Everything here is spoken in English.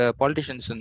politicians